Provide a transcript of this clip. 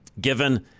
given